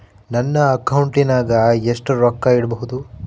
ನನ್ನ ಅಕೌಂಟಿನಾಗ ಎಷ್ಟು ರೊಕ್ಕ ಇಡಬಹುದು?